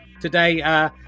today